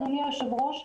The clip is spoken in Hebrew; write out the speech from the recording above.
אדוני היושב-ראש,